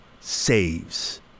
saves